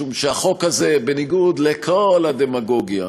משום שהחוק הזה, בניגוד לכל הדמגוגיה,